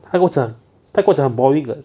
他跟我讲他跟我讲很 boring 了